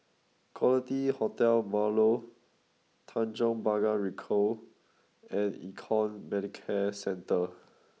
Quality Hotel Marlow Tanjong Pagar Ricoh and Econ Medicare Centre